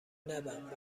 نبند